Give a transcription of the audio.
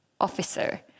officer